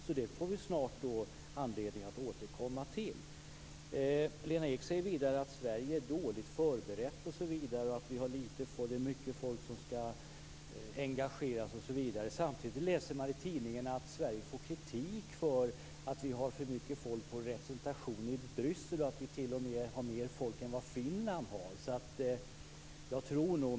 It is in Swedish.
Så detta får vi snart anledning att återkomma till. Lena Ek säger att Sverige är dåligt förberett, att det är mycket folk som skall engageras osv. Samtidigt läser man i tidningen att Sverige får kritik för att vi har för mycket folk på representation i Bryssel. Vi har t.o.m. mer folk än vad Finland har.